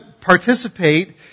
participate